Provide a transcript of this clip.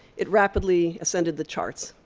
it rapidly ascended the charts.